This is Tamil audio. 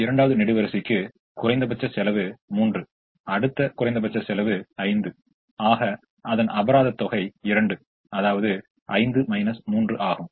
இரண்டாவது நெடுவரிசைக்கு குறைந்தபட்ச செலவு 3 அடுத்த குறைந்தபட்ச செலவு 5 அபராதம் தொகை 2 அதாவது 5 3 ஆகும்